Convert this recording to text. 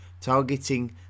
targeting